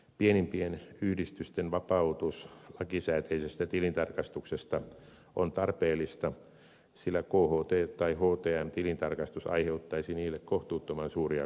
pienimpien yhdistysten vapautus lakisääteisestä tilintarkastuksesta on tarpeellista sillä kht tai htm tilintarkastus aiheuttaisi niille kohtuuttoman suuria kustannuksia